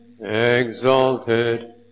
exalted